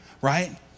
right